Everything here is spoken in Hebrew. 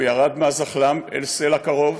הוא ירד מהזחל"ם אל סלע קרוב